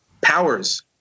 powers